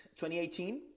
2018